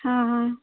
ಹಾಂ ಹಾಂ